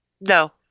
No